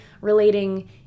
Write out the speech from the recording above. relating